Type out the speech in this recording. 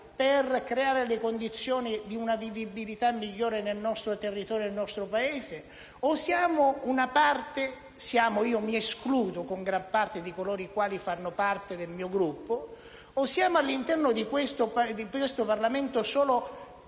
per creare le condizioni di una vivibilità migliore del nostro territorio e del nostro Paese o siamo - mi escludo con gran parte di coloro che fanno parte del mio Gruppo - all'interno di questo Parlamento per